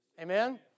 Amen